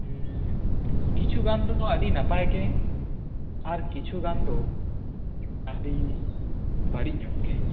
ᱦᱩᱢ ᱠᱤᱪᱷᱩ ᱜᱟᱱ ᱫᱚᱠᱚ ᱟ ᱰᱤ ᱱᱟᱯᱟᱭ ᱜᱮ ᱟᱨ ᱠᱤᱪᱷᱩ ᱜᱟᱱ ᱫᱚ ᱟᱹᱰᱤ ᱵᱟᱲᱤᱡ ᱧᱚᱜ ᱜᱮ